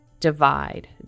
Divide